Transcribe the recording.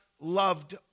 loved